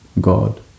God